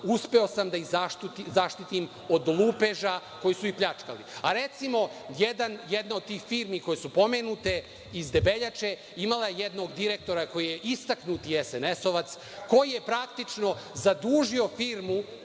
uspeo sam da ih zaštitim od lupeža koji su ih pljačkali. Recimo, jedna od tih firmi koje su pomenute iz Debeljače, imala je jednog direktora koji je istaknuti SNS-ovac, koji je praktično zadužio firmu,